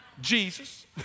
Jesus